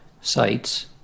sites